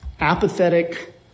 apathetic